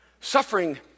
Suffering